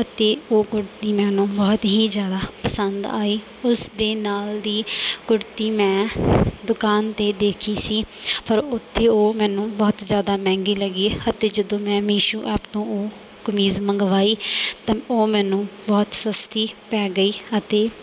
ਅਤੇ ਉਹ ਕੁੜਤੀ ਮੈਨੂੰ ਬਹੁਤ ਹੀ ਜ਼ਿਆਦਾ ਪਸੰਦ ਆਈ ਉਸ ਦੇ ਨਾਲ ਦੀ ਕੁੜਤੀ ਮੈਂ ਦੁਕਾਨ 'ਤੇ ਦੇਖੀ ਸੀ ਪਰ ਉੱਥੇ ਉਹ ਮੈਨੂੰ ਬਹੁਤ ਜ਼ਿਆਦਾ ਮਹਿੰਗੀ ਲੱਗੀ ਅਤੇ ਜਦੋਂ ਮੈਂ ਵੀ ਮੀਸ਼ੋ ਮੀਸ਼ੋ ਐਪ ਤੋਂ ਉਹ ਕਮੀਜ਼ ਮੰਗਵਾਈ ਤਾਂ ਉਹ ਮੈਨੂੰ ਬਹੁਤ ਸਸਤੀ ਪੈ ਗਈ ਅਤੇ